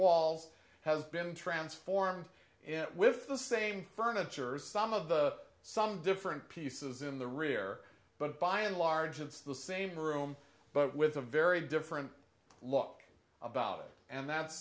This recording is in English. walls has been transformed with the same furniture some of the some different pieces in the rear but by and large it's the same room but with a very different look about it and that